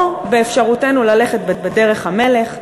או שבאפשרותנו ללכת בדרך המלך,